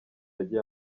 yagiye